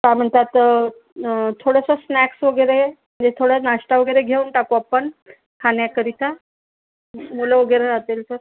काय म्हणतात थोडंसं स्नॅक्स वगैरे आणि थोडा नाश्टा वगैरे घेऊन टाकू आपण खाण्याकरिता मुलं वगैरे राहतील तर